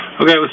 Okay